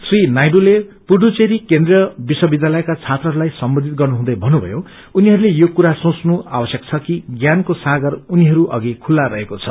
श्री नायडूले पुडुचेरी केन्द्रिय विश्वविध्यालयका छात्रहरूलाई सम्बोधित गर्नुहुँदै भन्नुमो उनीहरूले यो कुरा सोच्नु आवश्यक छ कि ज्ञनको सागर उनीहरूअघि खुल रहेको छ